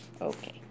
Okay